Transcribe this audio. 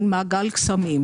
מעגל קסמים.